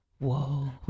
Whoa